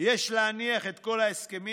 יש להניח את כל ההסכמים,